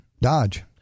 dodge